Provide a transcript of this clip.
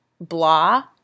blah